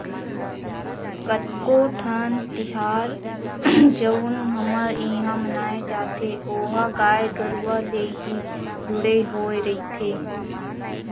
कतको ठन तिहार जउन हमर इहाँ मनाए जाथे ओहा गाय गरुवा ले ही जुड़े होय रहिथे